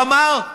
איך אמר?